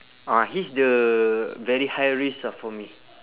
ah he's the very high risk ah for me